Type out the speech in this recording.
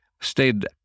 stayed